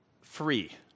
free